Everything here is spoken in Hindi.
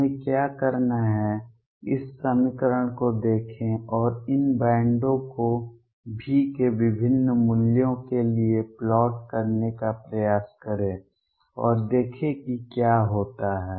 हमें क्या करना है इस समीकरण को देखें और इन बैंडों को V के विभिन्न मूल्यों के लिए प्लॉट करने का प्रयास करें और देखें कि क्या होता है